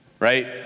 right